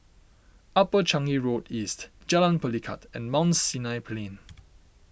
Upper Changi Road East Jalan Pelikat and Mount Sinai Plain